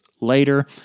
later